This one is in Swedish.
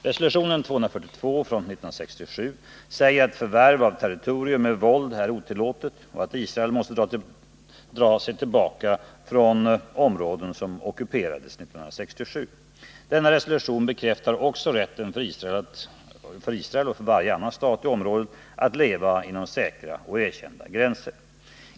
Resolution 242 från 1967 säger att förvärv av territorium med våld är otillåtet och att Israel måste dra sig tillbaka från områden som ockuperades 1967. Denna resolution bekräftar också rätten för Israel och varje annan stat i området att leva inom säkra och erkända gränser.